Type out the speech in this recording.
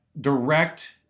direct